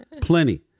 plenty